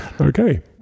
Okay